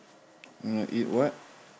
eat what